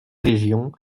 régions